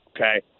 okay